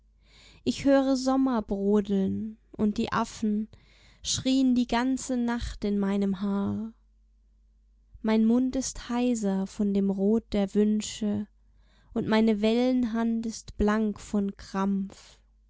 ich höre sommer brodeln und die affen schrieen die ganze nacht in meinem haar mein mund ist heiser von dem rot der wünsche und meine wellenhand ist blank von